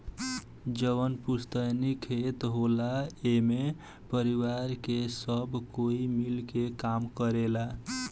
जवन पुस्तैनी खेत होला एमे परिवार के सब कोई मिल के काम करेला